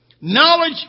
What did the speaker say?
Knowledge